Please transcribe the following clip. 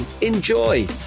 Enjoy